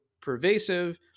pervasive